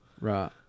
Right